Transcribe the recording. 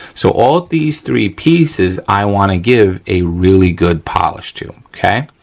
so, all of these three pieces i wanna give a really good polish to, okay?